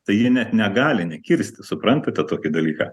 tai ji net negali nekirsti suprantate tokį dalyką